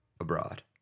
Abroad